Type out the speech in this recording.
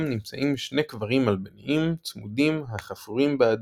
נמצאים שני קברים מלבניים צמודים החפורים באדמה.